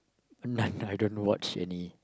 no no I don't watch any